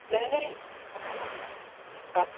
नाही नाही ताक